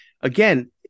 Again